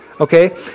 okay